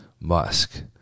Musk